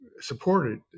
supported